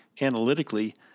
analytically